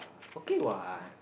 okay what